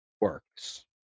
works